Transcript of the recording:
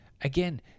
Again